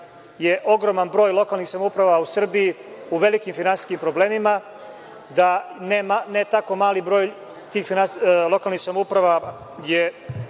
je ogroman broj lokalnih samouprava u Srbiji u velikim finansijskim problemima, da ne tako mali broj tih lokalnih samouprava je